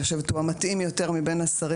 אני חושבת הוא המתאים יותר מבין השרים.